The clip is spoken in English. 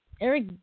Eric